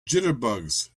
jitterbugs